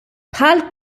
bħal